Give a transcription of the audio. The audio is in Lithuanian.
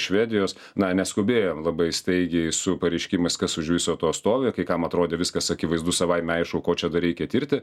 švedijos na neskubėjom labai staigiai su pareiškimais kas už viso to stovi kai kam atrodė viskas akivaizdu savaime aišku ko čia dar reikia tirti